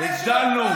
הגדלנו,